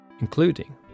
including